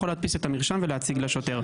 להדפיס את המרשם ולהציג לשוטר.